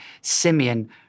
Simeon